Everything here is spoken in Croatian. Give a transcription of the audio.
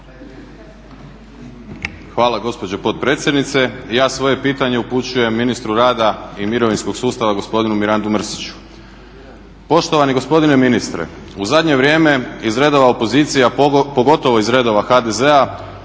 Hvala gospođo potpredsjednice. Ja svoje pitanje upućujem ministru rada i mirovinskog sustava gospodinu Mirandu Mrsiću. Poštovani gospodine ministre, u zadnje vrijeme iz redova opozicija pogotovo iz redova HDZ-a